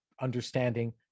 understanding